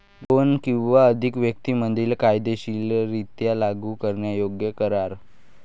दोन किंवा अधिक व्यक्तीं मधील कायदेशीररित्या लागू करण्यायोग्य करार